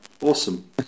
awesome